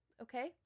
okay